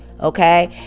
okay